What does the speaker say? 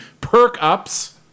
perk-ups